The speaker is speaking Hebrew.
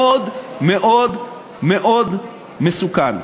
מאוד מאוד מאוד מסוכן.